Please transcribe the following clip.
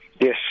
Yes